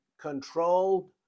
controlled